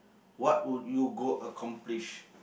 what would you go accomplish